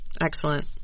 Excellent